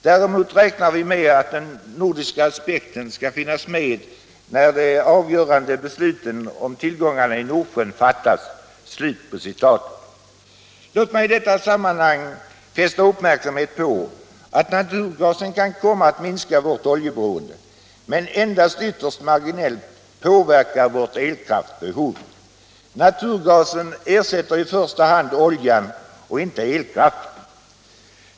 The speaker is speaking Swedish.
Däremot räknar vi med att den nordiska aspekten skall finnas med när de avgörande besluten om tillgångarna i Nordsjön fattas.” Låt mig i detta sammanhang fästa uppmärksamheten på att naturgasen kan komma att minska vårt oljeberoende men endast ytterst marginellt påverka vårt elkraftbehov. Naturgasen ersätter i första hand oljan och inte elkraften.